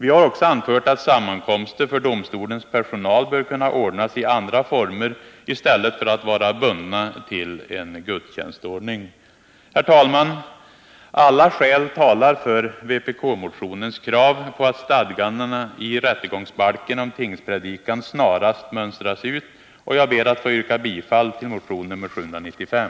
Vi har också anfört att sammankomster för domstolens personal bör kunna ordnas i andra former i stället för att vara bundna till en gudstjänstordning. Herr talman! Alla skäl talar för vpk-motionens krav på att stadgandena i rättegångsbalken om tingspredikan snarast skall mönstras ut, och jag ber att få yrka bifall till motion nr 795.